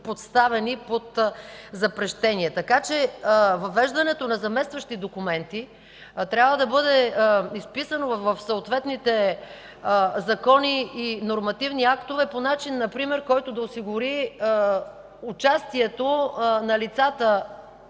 поставени под запрещение. Въвеждането на заместващи документи трябва да бъде изписано в съответните закони и нормативни актове например по начин, който да осигури участието на лицата,